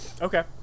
Okay